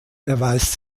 erweist